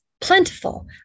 plentiful